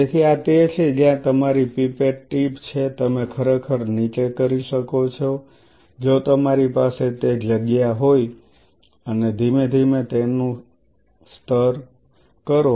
તેથી આ તે છે જ્યાં તમારી પાઇપેટ ટીપ છે તમે ખરેખર નીચે કરી શકો છો જો તમારી પાસે તે જગ્યા હોય અને ધીમે ધીમે તમે તેનું સ્તર કરો